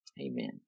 Amen